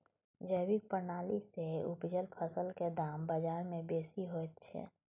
जैविक प्रणाली से उपजल फसल के दाम बाजार में बेसी होयत छै?